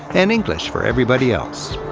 and english for everybody else.